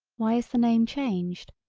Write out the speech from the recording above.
why is the name changed.